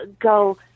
go